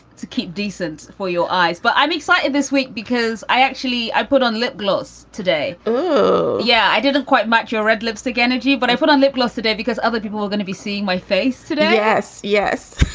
to keep decent for your eyes. but i'm excited this week because i actually i put on lip gloss today. oh, yeah. i didn't quite match your red lipstick energy, but i put on lip gloss today because other people are gonna be seeing my face today yes. yes.